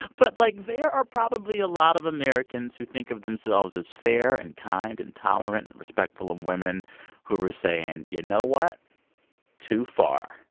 but, like, there are probably a lot of americans who think of themselves as fair and kind and tolerant and respectful of women who were saying, you know what too far.